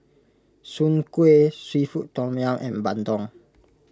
Soon Kway Seafood Tom Yum and Bandung